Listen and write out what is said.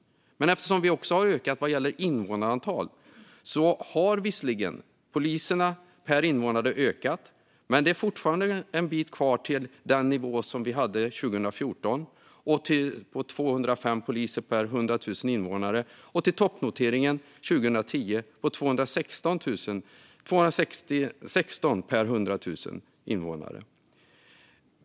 Men eftersom invånarantalet också har ökat har antalet poliser per invånare visserligen ökat, men det är fortfarande en bit kvar till den nivå som vi låg på 2014 med 205 poliser per 100 000 invånare och till toppnoteringen 2010 på 216 poliser per 100 000 invånare.